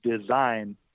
design